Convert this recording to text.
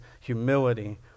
humility